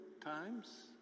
times